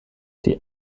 die